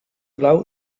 blau